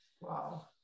wow